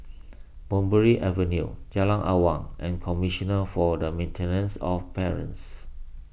Mulberry Avenue Jalan Awang and Commissioner for the Maintenance of Parents